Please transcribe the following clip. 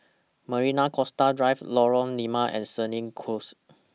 Marina Coastal Drive Lorong Limau and Senja Close